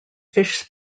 fish